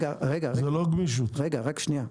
רק שנייה.